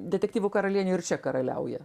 detektyvų karalienė ir čia karaliauja